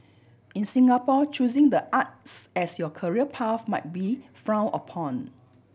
in Singapore choosing the arts as your career path might be frown upon